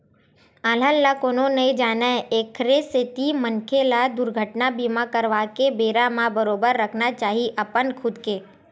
अलहन ल कोनो नइ जानय एखरे सेती मनखे ल दुरघटना बीमा करवाके बेरा म बरोबर रखना चाही अपन खुद के